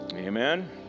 Amen